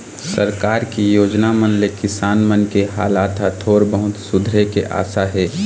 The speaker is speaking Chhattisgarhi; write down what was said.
सरकार के योजना मन ले किसान मन के हालात ह थोर बहुत सुधरे के आसा हे